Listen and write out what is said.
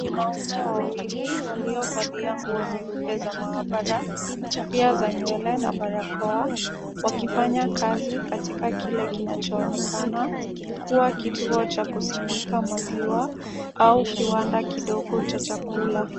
Wanaume wawili waliovalia nguo nyeupe za maabara, kofia za nywele na barakoa, wakifanya kazi katika kile kinachoonekana, kuwa kituo cha kusindika maziwa au kiwanda kidogo cha chakula.